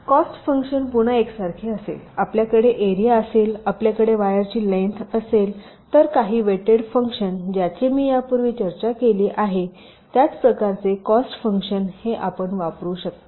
cost function पुन्हा एकसारखे असेल आपल्याकडे एरिया असेलआपल्याकडे वायरची लेन्थ असेल तर काही वेटेड फंक्शन ज्याची मी यापूर्वी चर्चा केली आहे त्याच प्रकारचे कॉस्ट फंक्शन जे आपण वापरू शकता